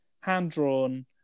hand-drawn